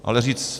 Ale říct...